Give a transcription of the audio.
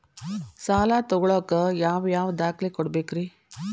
ಸಾಲ ತೊಗೋಳಾಕ್ ಯಾವ ಯಾವ ದಾಖಲೆ ಕೊಡಬೇಕ್ರಿ?